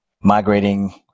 migrating